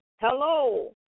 Hello